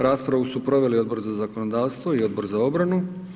Raspravu su proveli Odbor za zakonodavstvo i Odbor za obranu.